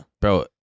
Bro